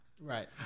Right